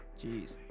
Jeez